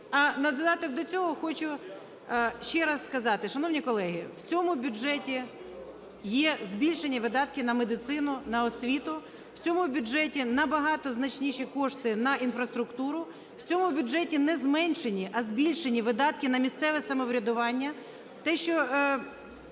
А на додаток до цього хочу ще раз сказати. Шановні колеги, в цьому бюджеті є збільшення видатків на медицину, на освіту. В цьому бюджеті на багато значніші кошти на інфраструктуру. В цьому бюджеті не зменшені, а збільшені видатки на місцеве самоврядування.